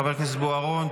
חבר הכנסת בוארון,